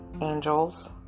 angels